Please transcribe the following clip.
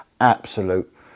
absolute